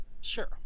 Sure